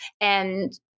And-